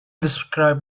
describe